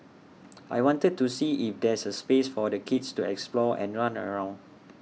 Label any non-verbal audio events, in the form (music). (noise) I wanted to see if there's space for the kids to explore and run around